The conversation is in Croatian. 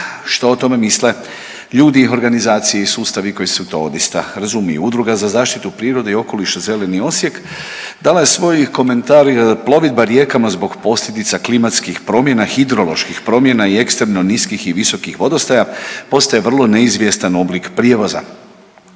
što o tome misle ljudi, organizacije i sustavi koji se u to odista razumiju. Udruga za zaštitu prirode i okoliša „Zeleni Osijek“ dala je svoj komentar: „Plovidba rijekama zbog posljedica klimatskih promjena hidroloških promjena i ekstremno niskih i visokih vodostaja postaje vrlo neizvjestan oblik prijevoza.